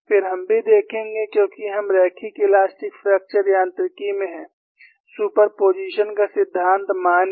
फिर हम भी देखेंगे क्योंकि हम रैखिक इलास्टिक फ्रैक्चर यांत्रिकी में हैं सुपरपोजिशन का सिद्धांत मान्य है